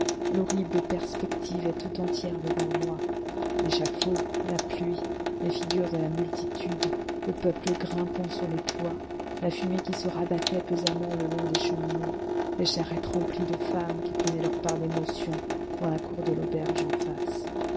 l'horrible perspective est tout entière devant moi l'échafaud la pluie les figures de la multitude le peuple grimpant sur les toits la fumée qui se rabattait pesamment le long des cheminées les charrettes remplies de femmes qui prenaient leur part d'émotions dans la cour de l'auberge en face